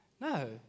No